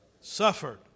Suffered